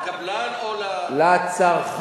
לקבלן או, לכולם, זה לכולם.